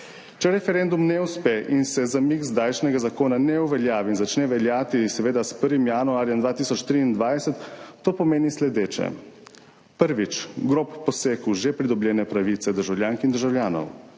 Če referendum ne uspe in se zamik zdajšnjega zakona ne uveljavi in začne veljati s 1. januarjem 2023, to pomeni naslednje: prvič, grob poseg v že pridobljene pravice državljank in državljanov,